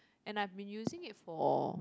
and I've been using it for